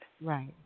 Right